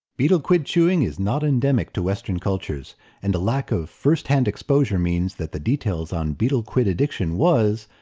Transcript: betel quid chewing is not endemic to western cultures and a lack of first-hand exposure means that the details on betel quid addiction was,